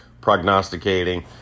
prognosticating